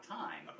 time